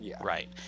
right